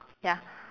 ya